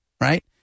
right